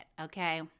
Okay